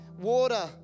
water